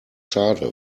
schade